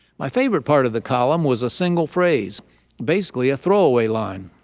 my favorite part of the column was a single phrase basically a throwaway line.